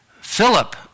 Philip